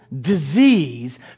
disease